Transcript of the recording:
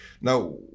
Now